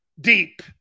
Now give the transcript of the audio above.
deep